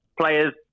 players